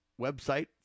website